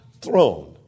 throne